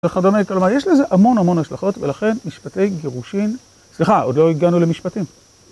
יש לזה המון המון השלכות ולכן משפטי גירושים, סליחה עוד לא הגענו למשפטים.